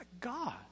God